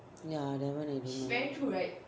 ya that one I didn't know